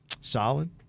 Solid